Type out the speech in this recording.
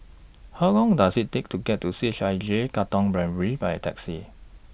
How Long Does IT Take to get to C H I J Katong Primary By Taxi